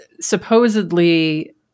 supposedly